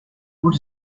what